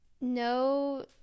no